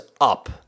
Up